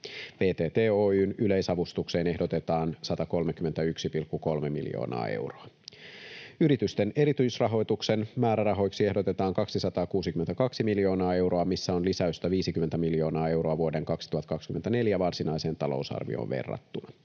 VTT Oy:n yleisavustukseen ehdotetaan 131,3 miljoonaa euroa. Yritysten erityisrahoituksen määrärahoiksi ehdotetaan 262 miljoonaa euroa, missä on lisäystä 50 miljoonaa euroa vuoden 2024 varsinaiseen talousarvioon verrattuna.